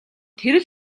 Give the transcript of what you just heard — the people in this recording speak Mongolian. тэр